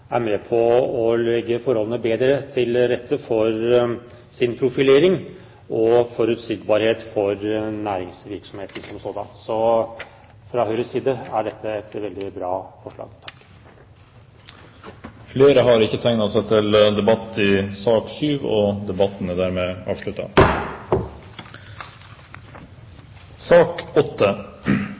er med på å legge forholdene bedre til rette for profilering og forutsigbarhet for næringsvirksomheten som sådan. Så sett fra Høyres side er dette et veldig bra forslag. Flere har ikke bedt om ordet til sak nr. 7. Etter ønske fra justiskomiteen vil presidenten foreslå at debatten